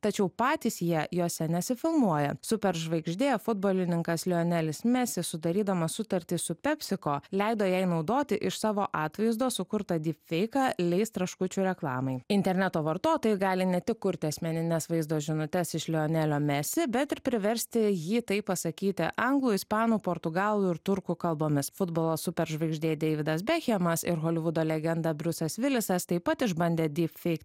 tačiau patys jie jose nesifilmuoja superžvaigždė futbolininkas lionelis mesis sudarydamas sutartį su pepsico leido jai naudoti iš savo atvaizdo sukurtą dyp feiką lays traškučių reklamai interneto vartotojai gali ne tik kurti asmenines vaizdo žinutes iš lionelio mesi bet ir priversti jį tai pasakyti anglų ispanų portugalų ir turkų kalbomis futbolo superžvaigždė deividas bekhemas ir holivudo legenda brusas vilisas taip pat išbandė dyp feik